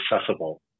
accessible